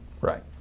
right